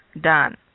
done